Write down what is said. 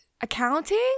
accounting